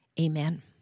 amen